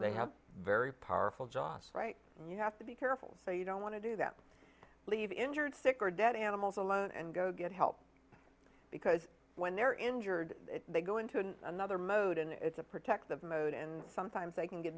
they have a very powerful job you have to be careful so you don't want to do that leave injured sick or dead animals alone and go get help because when they're injured they go into another mode and it's a protective mode and sometimes they can get